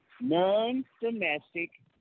non-domestic